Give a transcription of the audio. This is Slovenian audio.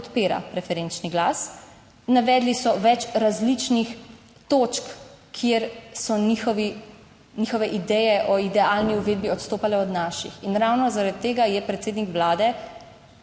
podpira preferenčni glas. Navedli so več različnih točk, kjer so njihovi, njihove ideje o idealni uvedbi odstopale od naših in ravno zaradi tega je predsednik Vlade